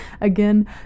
Again